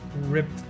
ripped